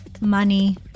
Money